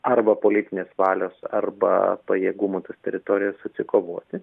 arba politinės valios arba pajėgumų tas teritorijas atsikovoti